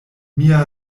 mia